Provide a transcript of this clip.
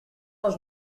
was